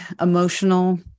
emotional